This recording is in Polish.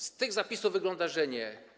Z tych zapisów wynika, że nie.